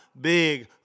big